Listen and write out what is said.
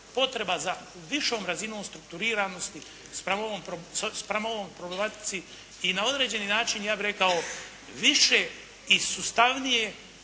potreba za višom razinom strukturiranosti spram ovoj problematici i na određeni način ja bih rekao više i sustavnije